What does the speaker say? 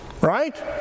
right